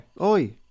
Oi